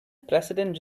president